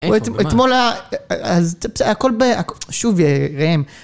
אתמול ה... הכל ב... שוב, ראם.